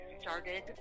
started